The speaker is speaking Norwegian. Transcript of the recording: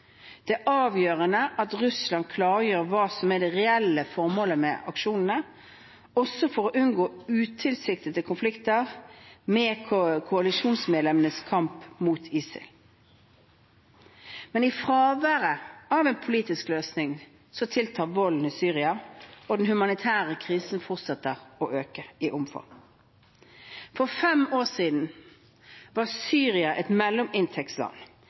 Det er avgjørende at Russland klargjør hva som er det reelle formålet med aksjonene også for å unngå utilsiktede konflikter med koalisjonsmedlemmenes kamp mot ISIL. I fraværet av en politisk løsning tiltar volden i Syria, og den humanitære krisen fortsetter å øke i omfang. For fem år siden var Syria et mellominntektsland